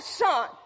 son